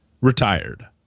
retired